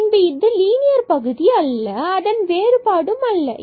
பின்பு இது லீனியர் பகுதி அல்ல அல்லது அதன் வேறுபாடும் அல்ல